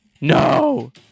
No